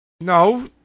No